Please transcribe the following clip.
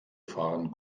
fahren